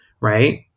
right